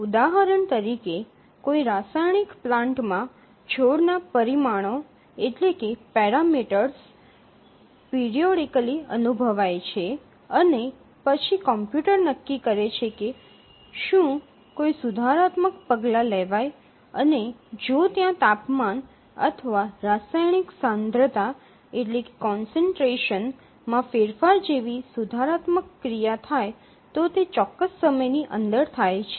ઉદાહરણ તરીકે કોઈ રાસાયણિક પ્લાન્ટમાં છોડના પરિમાણો પિરિયોડિકલી અનુભવાય છે અને પછી કોમ્પ્યુટર નક્કી કરે છે કે શું કોઈ સુધારાત્મક પગલાં લેવાય અને જો ત્યાં તાપમાન અથવા રાસાયણિક સાંદ્રતા માં ફેરફાર જેવી સુધારણાત્મક ક્રિયા થાય તો તે ચોક્કસ સમયની અંદર થાય છે